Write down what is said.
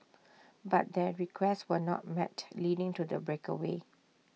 but their requests were not met leading to the breakaway